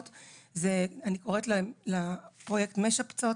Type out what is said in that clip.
זה פרויקט שאני קוראת לו "פרויקט משפצות"